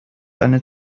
eine